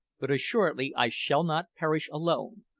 but assuredly i shall not perish alone!